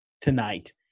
tonight